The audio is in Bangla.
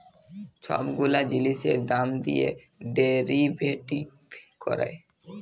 ছব গুলা জিলিসের দাম দিঁয়ে ডেরিভেটিভ ক্যরে